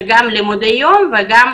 גם לימודי יום וגם